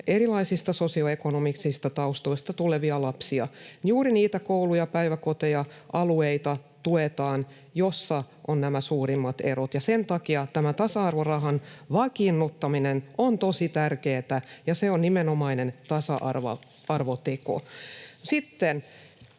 erilaisista sosioekonomisista taustoista tulevia lapsia — juuri niitä kouluja, päiväkoteja, alueita tuetaan, joissa on suurimmat erot. Ja sen takia tämä tasa-arvorahan vakiinnuttaminen on tosi tärkeätä, ja se on nimenomainen tasa-arvoteko.